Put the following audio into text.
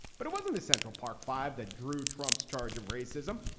but it wasn't the central park five that drew trump's charge of racism,